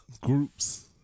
Groups